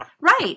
right